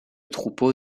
troupeau